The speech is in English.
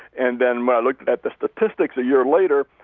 and then when i looked at the statistics a year later,